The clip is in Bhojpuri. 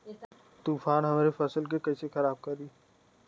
तूफान हमरे फसल के कइसे खराब करी?